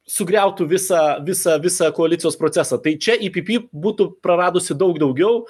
sugriautų visą visą visą koalicijos procesą tai čia ypypy būtų praradusi daug daugiau